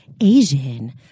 Asian